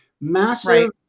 Massive